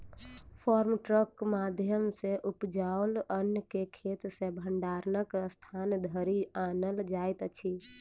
farm ट्रकक माध्यम सॅ उपजाओल अन्न के खेत सॅ भंडारणक स्थान धरि आनल जाइत अछि